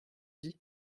dit